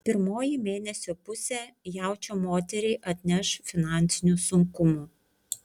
pirmoji mėnesio pusė jaučio moteriai atneš finansinių sunkumų